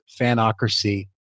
Fanocracy